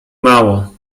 mało